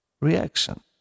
reaction